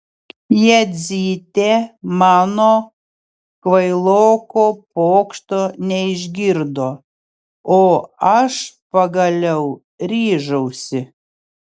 jadzytė mano kvailoko pokšto neišgirdo o aš pagaliau ryžausi